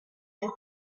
idea